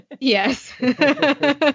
Yes